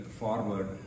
forward